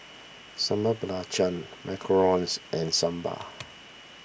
Sambal Belacan Macarons and Sambal